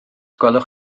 gwelwch